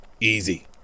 Easy